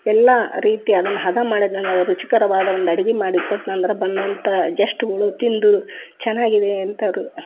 ಎಲ್ಲ ರೀತಿ ಅದನ್ನು ಹದ ಮಾಡಿದಂಗೆ ಅದ್ರ ರುಚಿಕರವಾದ ಒಂದು ಅಡುಗೆ ಮಾಡಿ ಕೊಟ್ಟೆ ಅಂದ್ರೆ ಬಂದಂಥ ಗೆಸ್ಟ್ಗಳು ತಿಂದು ಚೆನ್ನಾಗಿದೆ ಎಂತ ಅವರು